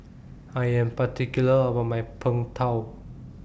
I Am particular about My Png Tao